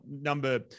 number